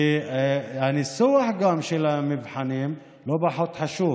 כי הניסוח של המבחנים לא פחות חשוב.